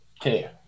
Okay